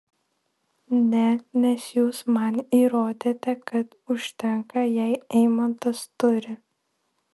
ne nes jūs man įrodėte kad užtenka jei eimantas turi